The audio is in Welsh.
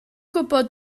gwybod